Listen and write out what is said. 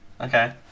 Okay